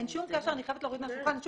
אין שום קשר אני חייבת להוריד מהשולחן אין